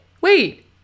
Wait